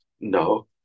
No